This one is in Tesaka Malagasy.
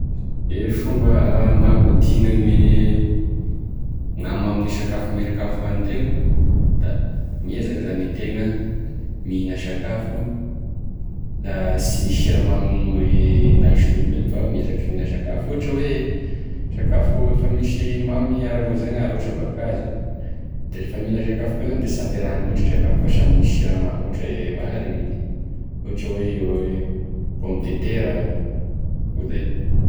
E fomba mba hampidigna gne hamamin'e sakafo ame sakafo hoanitegna da miezaky zany itegna mihina sakafo sy misy siramamy nahisin'olombelo fa miezaka mihina sakafo ohatra hoe sakafo efa misy mamy ara-boazagnahary ohatra voakazo da rehefa mihinana sakafo koa zany da tsy ampiaraha lotry e sakafo efa samy misy siramamy, ohatra hoe e vary, ohatra hoe e pomme de terre a,akoa izany.